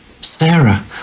Sarah